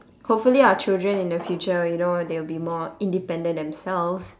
hopefully our children in the future you know they will be more independent themselves